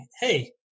hey